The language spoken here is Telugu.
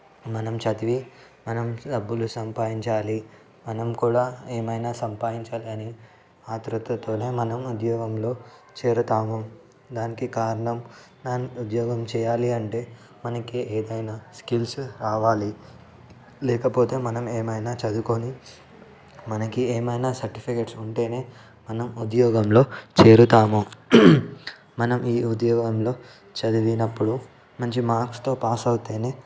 మనం చదివి మనం డబ్బులు సంపాదించాలి మనం కూడా ఏమైనా సంపాదించాలని ఆత్రుతతోనే మనం ఉద్యోగంలో చేరుతాము దానికి కారణం కానీ ఉద్యోగం చేయాలి అంటే మనకు ఏదైనా స్కిల్స్ రావాలి లేకపోతే మనం ఏమైనా చదువుకోని మనకు ఏమైనా సర్టిఫికెట్స్ ఉంటేనే మనం ఉద్యోగంలో చేరుతాము మనం ఈ ఉద్యోగంలో చదివినప్పుడు మంచి మార్క్స్తో పాస్ అవుతేనే